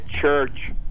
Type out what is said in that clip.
church